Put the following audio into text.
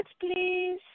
please